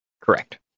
Correct